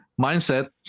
mindset